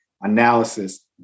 analysis